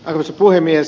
arvoisa puhemies